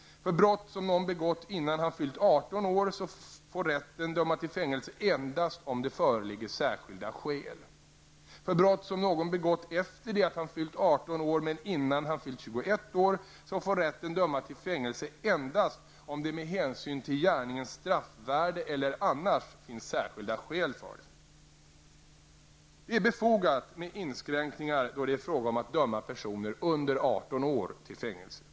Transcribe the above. För brott som någon begått innan han fyllt 18 år får rätten döma till fängelse endast om det föreligger särskilda skäl. För brott som någon begått efter det att han fyllt 18 år men innan han fyllt 21 år får rätten döma till fängelse endast om det med hänsyn till gärningens straffvärde eller annars finns särskilda skäl för det. Det är befogat med inskränkningar då det är fråga om att döma personer under 18 år till fängelse.